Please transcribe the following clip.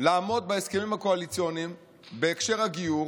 לעמוד בהסכמים הקואליציוניים בהקשר של הגיור,